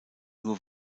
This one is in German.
nur